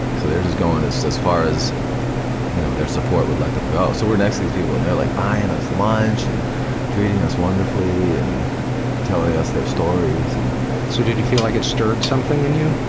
so they're just going as as far as you know their support would let them go. so we're next to these people and they're like buying us lunch and treating us wonderfully and telling us their stories. and so did you feel like it stirred something in you?